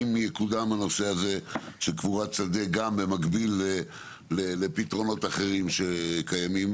אם יקודם הנושא הזה של קבורת שדה גם במקביל לפתרונות אחרים שקיימים,